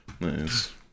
Nice